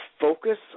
focus